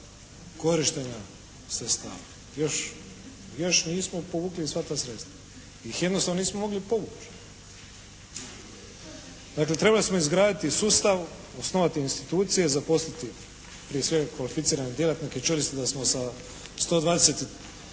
korištenja sredstava, još nismo povukli sva ta sredstva jer ih jednostavno nismo mogli povući. Dakle, trebali smo izgraditi sustav, osnovati institucije, zaposliti prije svega kvalificirane djelatnike, …/Govornik se ne